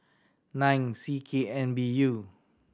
nine C K N B U